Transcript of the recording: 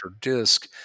disk